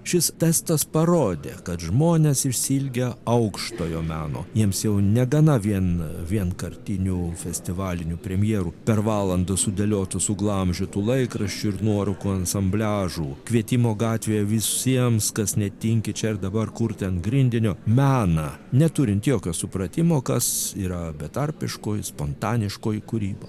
šis testas parodė kad žmonės išsiilgę aukštojo meno jiems jau negana vien vienkartinių festivalinių premjerų per valandą sudėliotų suglamžytų laikraščių ir nuorūkų ansambliažų kvietimo gatvėje visiems kas netinki čia ir dabar kurti ant grindinio meną neturint jokio supratimo kas yra betarpiškoji spontaniškoji kūryba